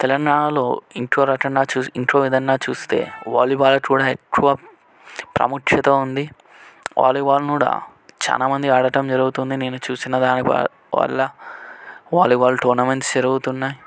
తెలంగాణలో ఇంకో రకంగా చూస్తే ఇంకో విధంగా చూస్తే వాలీబాల్ కూడా ఎక్కువ ప్రాముఖ్యత ఉంది వాలీబాల్ని కూడా చాలా మంది ఆడటం జరుగుతుంది నేను చూసిన వారిలో వాలీబాల్ టోర్నమెంట్ జరుగుతున్నాయి